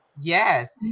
Yes